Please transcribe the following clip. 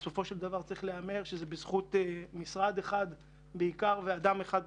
וצריך לומר שזה בעיקר בזכות משרד אחד ובעיקר בזכות אדם אחד,